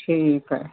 ਠੀਕ ਹੈ